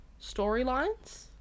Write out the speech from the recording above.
storylines